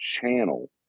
channel